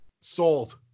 Sold